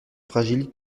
fragiles